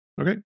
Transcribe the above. Okay